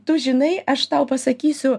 tu žinai aš tau pasakysiu